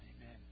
Amen